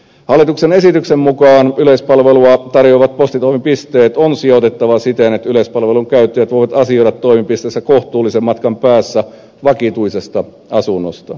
hallituksen esityksen mukaan yleispalvelua tarjoavat postitoimipisteet on sijoitettava siten että yleispalvelun käyttäjät voivat asioida toimipisteissä kohtuullisen matkan päässä vakituisesta asunnosta